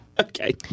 Okay